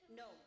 no